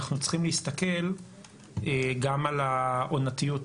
אנחנו צריכים להסתכל גם על העונתיות.